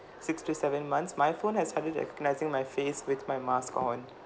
six to seven months my phone has started recognising my face with my mask on